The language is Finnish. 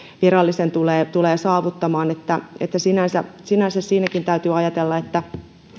tulee tulee saavuttamaan että että sinänsä sinänsä siinäkin täytyy ajatella että